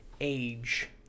age